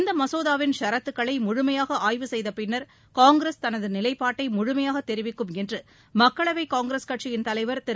இந்த மசோதாவின் ஷரத்துக்களை முழுமையாக ஆய்வு செய்த பின்னர் காங்கிரஸ் தனது நிலைப்பாட்டை முழுமையாக தெரிவிக்கும் என்று மக்களவை காங்கிரஸ் கட்சியின் தலைவர் திரு